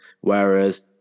Whereas